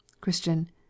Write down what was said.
christian